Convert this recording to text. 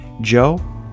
Joe